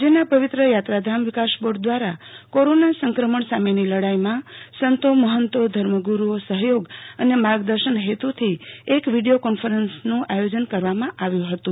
રાજયના પવિત્ર યાત્રાધામ વિકાસ બોર્ડ દવારા કોરોના સંક્રમણ સામેનો લડાઈમાં સંતો મહંતો ધર્મગુરૂઓ સહયોગ અને માર્ગદર્શન હેતુથી અક વિડીયો કોન્ફરન્સનું આયોજન કરવામાં આવ્યું હતું